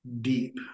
deep